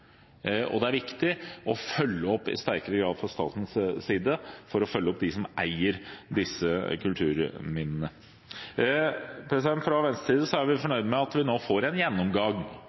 og det er viktig fra statens side i sterkere grad å følge opp dem som eier disse kulturminnene. Fra Venstres side er vi fornøyde med og mener at det er viktig at vi nå får en gjennomgang